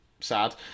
Sad